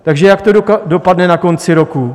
Takže jak to dopadne na konci roku?